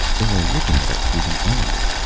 they are looking at us through the eye,